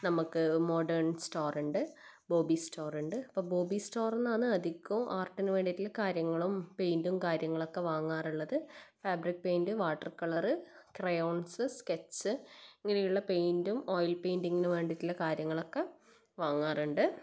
നമ്മൾക്ക് മോഡേൺ സ്റ്റോറുണ്ട് ബോബി സ്റ്റോറുണ്ട് ഇപ്പോൾ ബോബി സ്റ്റോർ നിന്നാണ് അധികവും ആർട്ടിന് വേണ്ടിയിട്ടുള്ള കാര്യങ്ങളും പെയിൻറ്റും കാര്യങ്ങളൊക്കെ വാങ്ങാറുള്ളത് fabric paint water colour crayons sketch ഇങ്ങനെയുള്ള പെയിൻറ്റും ഓയിൽ പെയിൻറ്റിങ്ങിന് വേണ്ടിയിട്ടുള്ള കാര്യങ്ങളൊക്കെ വാങ്ങാറുണ്ട്